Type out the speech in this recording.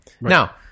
Now